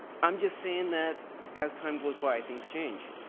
i'm just saying that as time goes by things change.